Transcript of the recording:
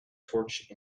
torch